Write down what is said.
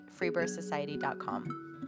freebirthsociety.com